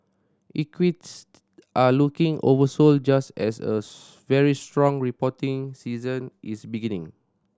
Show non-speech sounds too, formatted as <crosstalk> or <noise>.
equities are looking oversold just as a <unintelligible> very strong reporting season is beginning